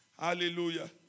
Hallelujah